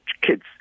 kids